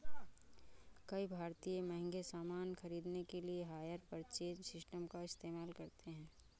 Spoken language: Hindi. कई भारतीय महंगे सामान खरीदने के लिए हायर परचेज सिस्टम का इस्तेमाल करते हैं